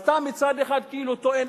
אז אתה מצד אחד כאילו טוען,